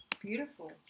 Beautiful